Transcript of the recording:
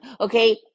okay